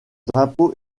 drapeau